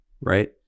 right